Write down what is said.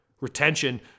retention